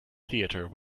theater